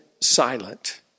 silent